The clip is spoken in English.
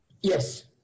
Yes